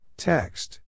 Text